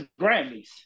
Grammys